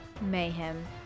mayhem